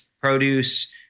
Produce